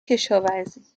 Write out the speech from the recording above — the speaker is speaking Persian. کشاورزی